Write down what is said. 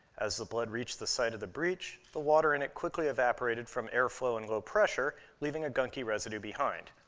as the blood reached the site of the breach, the water in it quickly evaporated from airflow and low pressure, leaving a gunky residue behind.